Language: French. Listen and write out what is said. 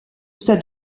stade